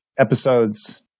episodes